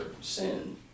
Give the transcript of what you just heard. sin